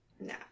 No